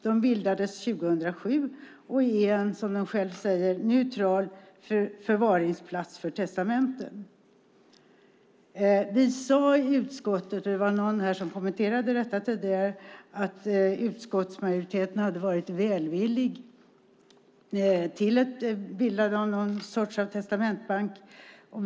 Det bildades 2007 och är som de själva säger en neutral förvaringsplats för testamenten. Vi sade i utskottet - det var någon här som kommenterade detta tidigare - att utskottsmajoriteten hade varit välvillig till ett bildande av någon sorts testamentsbank.